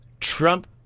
Trump